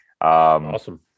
Awesome